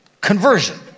conversion